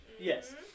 Yes